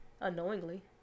Unknowingly